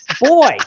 boy